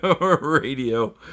radio